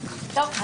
13:35.